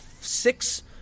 six